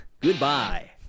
goodbye